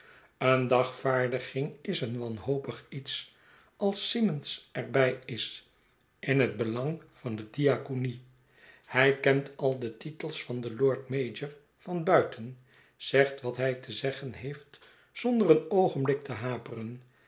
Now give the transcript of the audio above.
een dagvaarding is een wanhopig iets als simmons er bij is in het belang van de diaconie hij kent al de titels van den lord mayor van buiten zegt wat hij te zeggen heeft zonder een oogenblik te haperen